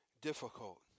difficult